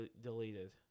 deleted